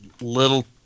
little